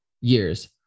years